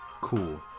Cool